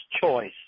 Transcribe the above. choice